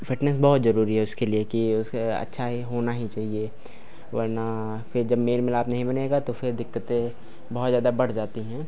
fitness बहुत ज़रूरी है उसके लिए कि उसे अच्छा ही होना ही चाहिए वर्ना फिर जब मेल मिलाप नहीं बनेगा तो फिर दिक्कतें बहुत ज़्यादा बढ़ जाती हैं